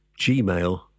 gmail